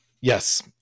yes